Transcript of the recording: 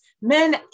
men